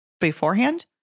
beforehand